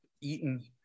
eaten